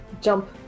Jump